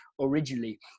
originally